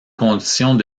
conditions